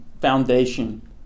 foundation